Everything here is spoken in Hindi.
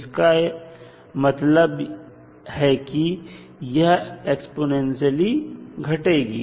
जिसका मतलब है कि यह एक्स्पोनेंशियलई घटेगी